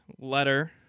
letter